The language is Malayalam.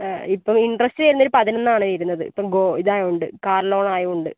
ഇപ്പം ഇൻ്ററെസ്റ്റ് വരുന്നത് ഒരു പതിനൊന്നാണ് വരുന്നത് ഇപ്പോൾ ഗോ ഇപ്പോൾ ഇതായത് കൊണ്ട് കാർ ലോൺ ആയത് കൊണ്ട്